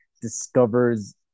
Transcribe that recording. discovers